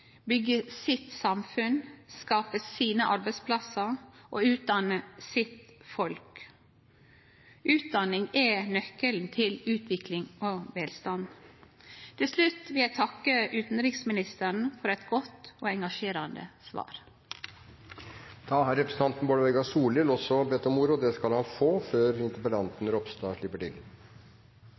sitt samfunn, skape sine arbeidsplassar og utdanne sitt folk. Utdanning er nøkkelen til utvikling og velstand. Til slutt vil eg takke utanriksministeren for eit godt og engasjerande svar. Da har representanten Bård Vegar Solhjell også bedt om ordet, og det skal han få før interpellanten Ropstad slipper til.